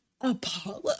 apollo